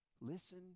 Listen